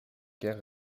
chœur